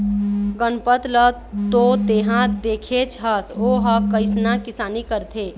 गनपत ल तो तेंहा देखेच हस ओ ह कइसना किसानी करथे